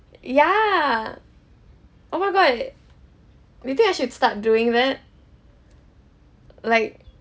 ya oh my god do you think I should start doing that like